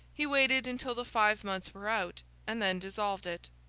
he waited until the five months were out, and then dissolved it.